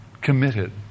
Committed